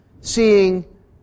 seeing